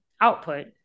output